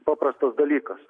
paprastas dalykas